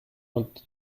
und